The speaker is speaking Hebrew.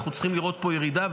אנחנו צריכים לראות ירידה,